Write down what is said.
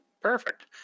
Perfect